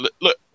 look